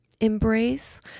Embrace